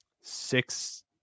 six